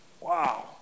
Wow